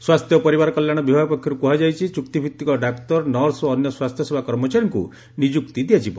ସ୍ୱାସ୍ଥ୍ୟ ଓ ପରିବାର କଲ୍ୟାଣ ବିଭାଗ ପକ୍ଷରୁ କୁହାଯାଇଛି ଚୁକ୍ତିଭିତିକ ଡାକ୍ତର ନର୍ସ ଓ ଅନ୍ୟ ସ୍ୱାସ୍ଥ୍ୟ ସେବା କର୍ମଚାରୀଙ୍କୁ ନିଯୁକ୍ତି ଦିଆଯିବ